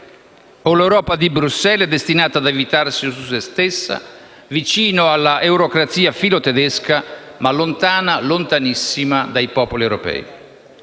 o l'Europa di Bruxelles è destinata ad avvitarsi su se stessa; vicina all'eurocrazia filotedesca, ma lontana, lontanissima, dai popoli europei.